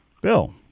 Bill